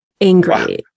angry